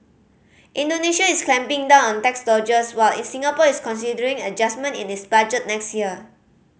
Indonesia is clamping down on tax dodgers while in Singapore is considering adjustment in its budget next year